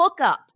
hookups